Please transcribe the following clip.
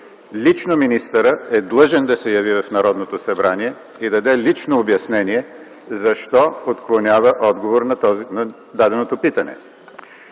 лично министърът е длъжен да се яви в Народното събрание и да даде лично обяснение защо отклонява отговора на даденото питане.